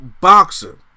boxer